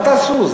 מה תעשו?